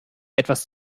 etwas